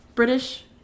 British